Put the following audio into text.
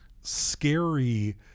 scary